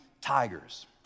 tigers